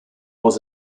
was